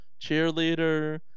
cheerleader